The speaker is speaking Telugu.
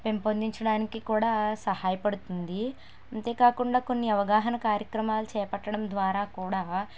పెంపొందించడానికి కూడా సహాయపడుతుంది అంతే కాకుండా కొన్ని అవగాహన కార్యక్రమాలు చేపట్టడం ద్వారా కూడా